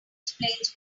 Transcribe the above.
explains